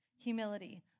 Humility